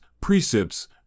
precepts